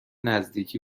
نزدیکی